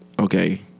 Okay